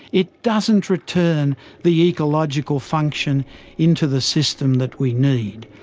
it doesn't return the ecological function into the system that we need.